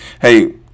Hey